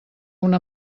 una